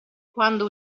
quando